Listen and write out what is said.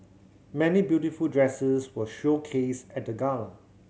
many beautiful dresses were showcased at the gala